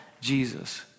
Jesus